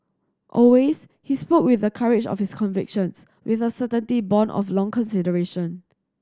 always he spoke with the courage of his convictions with a certainty born of long consideration